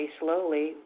slowly